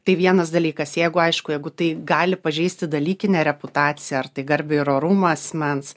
tai vienas dalykas jeigu aišku jeigu tai gali pažeisti dalykinę reputaciją ar tai garbę ir orumą asmens